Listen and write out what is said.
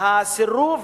הסירוב